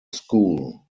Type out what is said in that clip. school